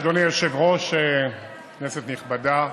אדוני היושב-ראש, כנסת נכבדה,